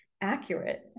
accurate